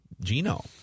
Gino